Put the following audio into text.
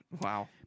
Wow